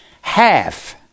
half